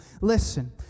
listen